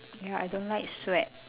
ya I don't like sweat